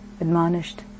admonished